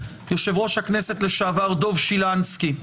יושב-ראש הכנסת לשעבר דב שילנסקי,